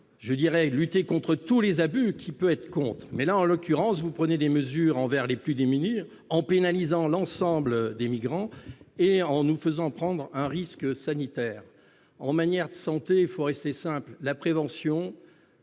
la ministre, lutter contre tous les abus, qui peut y être opposé ? Mais, en l'occurrence, vous prenez des mesures envers les plus démunis qui pénalisent l'ensemble des migrants et nous font prendre un risque sanitaire. En matière de santé, il faut rester simple : mieux